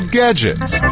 gadgets